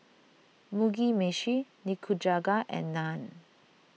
Mugi Meshi Nikujaga and Naan